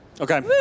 Okay